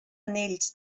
anells